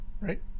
right